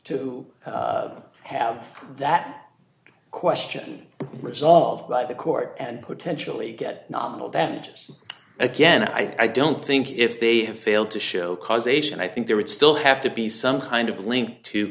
to have that question resolved by the court and potentially get nominal then again i don't think if they have failed to show causation i think there would still have to be some kind of link to